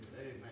Amen